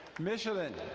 michelin.